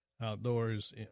outdoors